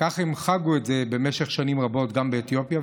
כך הם חגגו את זה במשך שנים רבות, גם באתיופיה.